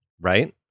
Right